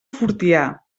fortià